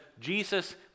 jesus